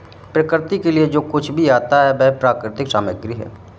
प्रकृति के लिए जो कुछ भी आता है वह प्राकृतिक सामग्री है